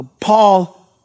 Paul